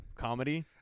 Comedy